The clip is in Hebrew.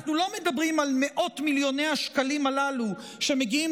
אנחנו לא מדברים על מאות מיליוני השקלים הללו שמגיעים